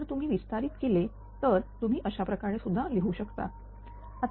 आता जर तुम्ही विस्तारित केले तर Wke0f02f2f0ff02 अशाप्रकारे लिहू शकता